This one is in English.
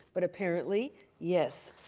but apparently yes.